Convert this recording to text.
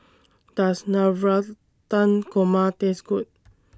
Does Navratan Korma Taste Good